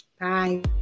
Bye